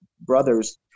brothers